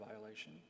violation